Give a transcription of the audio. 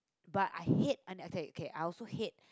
but I hate okay okay I also hate